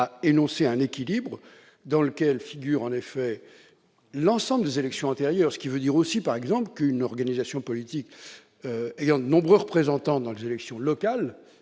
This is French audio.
a énoncé un équilibre dans lequel figure en effet l'ensemble des élections antérieures. Cela signifie, par exemple, qu'une organisation politique comptant de nombreux représentants lors des élections locales